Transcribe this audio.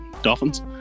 Dolphins